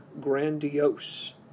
grandiose